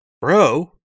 Bro